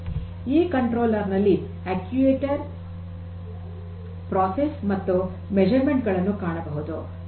ಈ ನಿಯಂತ್ರಕನಲ್ಲಿ ಅಕ್ಟುಯೆಟರ್ ಪ್ರಕ್ರಿಯೆ ಮತ್ತು ಅಳತೆಗಳನ್ನು ಕಾಣಬಹುದು